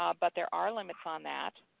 um but there are limits on that,